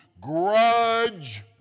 Grudge